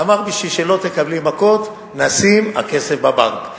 אמר: בשביל שלא תקבלי מכות, נשים הכסף בבנק.